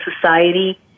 society